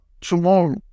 tomorrow